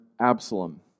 Absalom